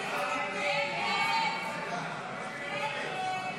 הסתייגות 82 לא נתקבלה.